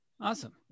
Awesome